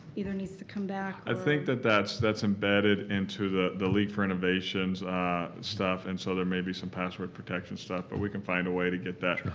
either needs to come back or i think that that's that's embedded into the the league for innovations stuff and so there may be some password protection stuff but we can find a way to get that.